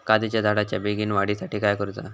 काजीच्या झाडाच्या बेगीन वाढी साठी काय करूचा?